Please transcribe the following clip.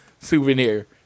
souvenir